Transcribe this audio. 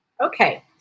Okay